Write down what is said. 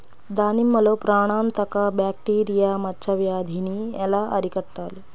దానిమ్మలో ప్రాణాంతక బ్యాక్టీరియా మచ్చ వ్యాధినీ ఎలా అరికట్టాలి?